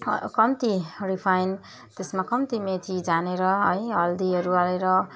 कम्ती रिफाइन त्यसमा कम्ती मेथी झाँनेर है हल्दीहरू हालेर